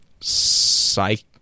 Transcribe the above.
psych